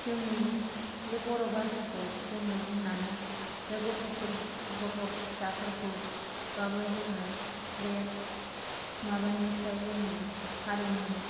जोंनि बे बर' भासाखौ जोङो बुंनानै बे गथ'फोर गथ' फिसाफोरखौबाबो जोङो बे माबानिफ्राय जोङो हारिमु